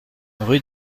rue